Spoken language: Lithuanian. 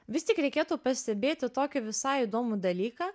vis tik reikėtų pastebėti tokį visai įdomų dalyką